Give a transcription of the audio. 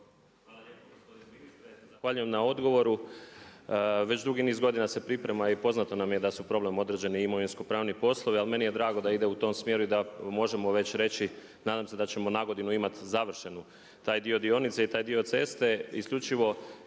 Hvala lijepo gospodine ministre, zahvaljujem na odgovoru. Već dugi niz godina se priprema i poznato nam je da su problem određeni imovinsko-pravni poslovi, ali meni je drago da ide u tom smjeru i da možemo već reći, nadam se da ćemo na godinu imati završen taj dio dionice i taj dio ceste isključivo